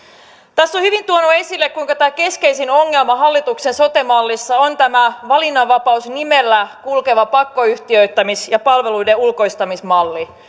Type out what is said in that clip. tässä on hyvin tuotu esille kuinka tämä keskeisin ongelma hallituksen sote mallissa on tämä valinnanvapaus nimellä kulkeva pakkoyhtiöittämis ja palveluiden ulkoistamismalli